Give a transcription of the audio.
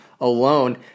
alone